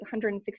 160